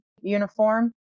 uniform